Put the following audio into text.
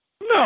No